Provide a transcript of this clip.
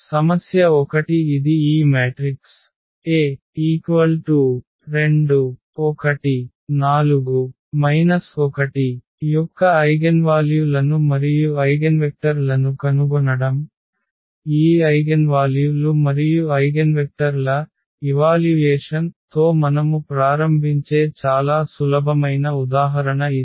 సమస్య 1 ఇది ఈ మ్యాట్రిక్స్ A 2 1 4 1 యొక్క ఐగెన్వాల్యు లను మరియు ఐగెన్వెక్టర్ లను కనుగొనడం ఈ ఐగెన్వాల్యు లు మరియు ఐగెన్వెక్టర్ ల మూల్యాంకనం తో మనము ప్రారంభించే చాలా సులభమైన ఉదాహరణ ఇది